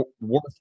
worth